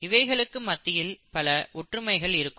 இவைகளுக்கு மத்தியில் பல ஒற்றுமைகள் இருக்கும்